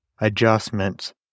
adjustments